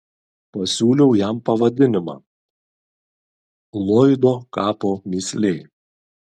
pasiūliau jam pavadinimą lloydo kapo mįslė